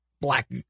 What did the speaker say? black